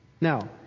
Now